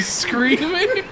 screaming